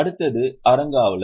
அடுத்தது அறங்காவலர்